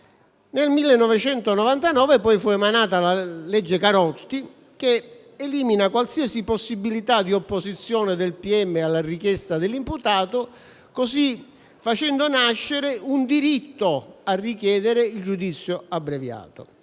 Nel 1999 fu approvata la legge Carotti, che eliminava qualsiasi possibilità di opposizione del pubblico ministero alla richiesta dell'imputato, così facendo nascere un diritto a richiedere il giudizio abbreviato.